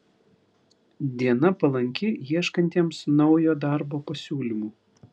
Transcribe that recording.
diena palanki ieškantiems naujo darbo pasiūlymų